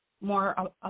more